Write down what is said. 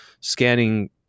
scanning